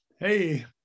Hey